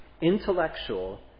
intellectual